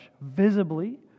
visibly